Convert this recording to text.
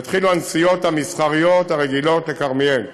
יתחילו הנסיעות המסחריות הרגילות לכרמיאל,